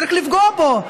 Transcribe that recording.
צריך לפגוע בו?